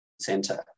center